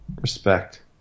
Respect